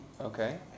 Okay